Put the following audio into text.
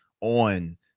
on